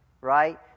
right